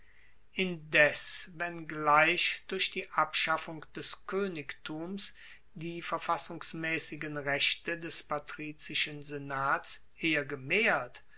indes wenngleich durch die abschaffung des koenigtums die verfassungsmaessigen rechte des patrizischen senats eher gemehrt